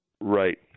Right